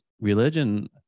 Religion